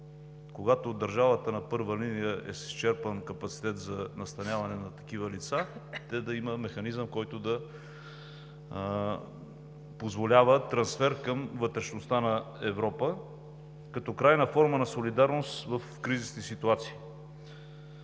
Когато държавата на първа линия е с изчерпан капацитет за настаняване на такива лица, да има механизъм, който да позволява трансфер към вътрешността на Европа като крайна форма на солидарност в кризисни ситуации,